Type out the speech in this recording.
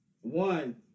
One